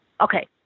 Okay